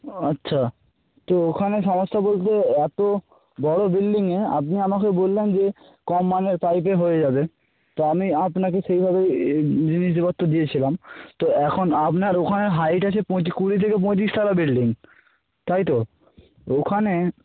ও আচ্ছা তো ওখানে সমস্যা বলতে এত বড় বিল্ডিংয়ে আপনি আমাকে বললেন যে কম মানের পাইপে হয়ে যাবে তো আমি আপনাকে সেইভাবেই জিনিসপত্র দিয়েছিলাম তো এখন আপনার ওখানে হাইট আছে কুড়ি থেকে পঁচিশ তলা বিল্ডিং তাই তো ওখানে